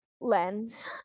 lens